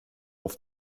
auf